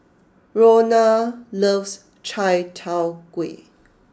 Rhona loves Chai Tow Kuay